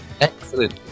Excellent